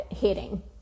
heading